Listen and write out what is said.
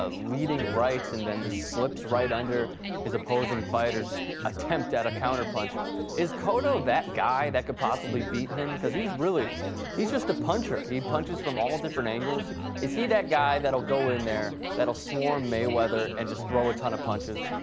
leaving writes and then the slips right under is opposing fighters attempt at a counter-punch is colored or that guy that could possibly be him cause he's really he's just a puncture he punches from all different angles is he that guy that'll go in there that'll swarm a weather and just throw it on a punches